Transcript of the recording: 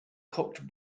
cocked